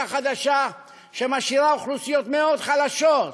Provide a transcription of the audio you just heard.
חדשה שמשאירה אוכלוסיות חלשות מאוד,